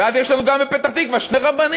ואז יש לנו גם בפתח-תקווה שני רבנים.